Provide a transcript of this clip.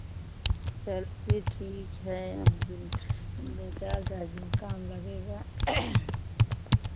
चलिए ठीक है अभी दो दो चार दस दिन काम लगेगा